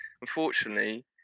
Unfortunately